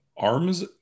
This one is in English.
arms